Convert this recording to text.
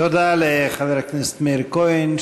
תודה לחבר הכנסת מאיר כהן,